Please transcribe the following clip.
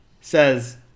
says